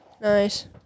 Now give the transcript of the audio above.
Nice